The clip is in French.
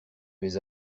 vais